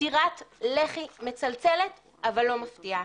סתירת לחי מצלצלת אבל לא מפתיעה.